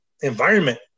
environment